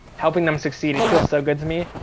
helping them succeed. it feels so good to me.